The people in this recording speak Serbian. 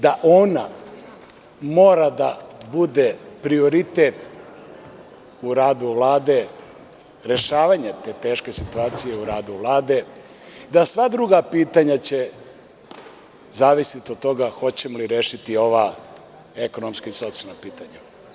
Da ona mora da bude prioritet u radu Vlade, rešavanje te teške situacije u radu Vlade, da sva druga pitanja će zavisiti od toga hoćemo li rešiti ova ekonomska i socijalna pitanja.